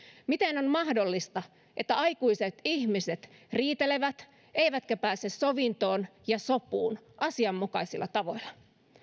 miten on mahdollista että aikuiset ihmiset riitelevät eivätkä pääse sovintoon ja sopuun asianmukaisilla tavoilla